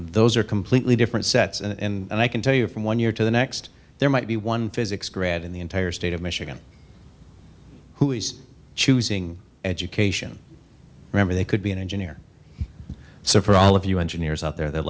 those are completely different sets and i can tell you from one year to the next there might be one physics grad in the entire state of michigan who is choosing education remember they could be an engineer so for all of you engineers out there th